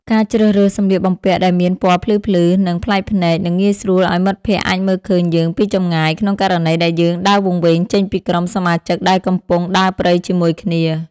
ការជ្រើសរើសសំលៀកបំពាក់ដែលមានពណ៌ភ្លឺៗ និង ប្លែកភ្នែកនឹងងាយស្រួលឱ្យមិត្តភក្តិអាចមើលឃើញយើងពីចម្ងាយក្នុងករណីដែលយើងដើរវង្វេងចេញពីក្រុមសមាជិកដែលកំពុងដើរព្រៃជាមួយគ្នា។